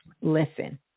listen